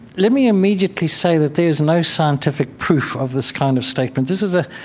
let me immediately say that there is no scientific proof of this kind of statement. this is a,